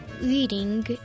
reading